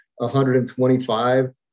125